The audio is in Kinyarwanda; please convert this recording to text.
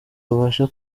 babasha